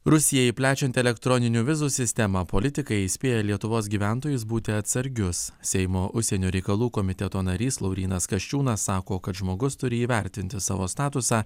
rusijai plečiant elektroninių vizų sistemą politikai įspėja lietuvos gyventojus būti atsargius seimo užsienio reikalų komiteto narys laurynas kasčiūnas sako kad žmogus turi įvertinti savo statusą